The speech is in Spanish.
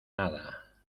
nada